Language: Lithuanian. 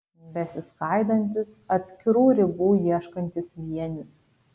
besiskaidantis atskirų ribų ieškantis vienis